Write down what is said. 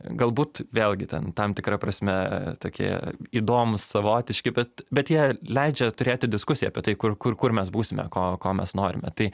galbūt vėlgi ten tam tikra prasme tokie įdomūs savotiški bet bet jie leidžia turėti diskusiją apie tai kur kur kur mes būsime ko ko mes norime tai